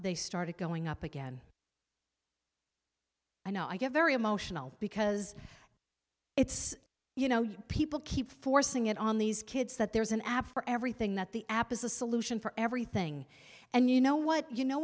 they started going up again and i get very emotional because it's you know people keep forcing it on these kids that there's an app for everything that the app is a solution for everything and you know what you know